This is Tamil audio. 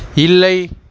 இல்லை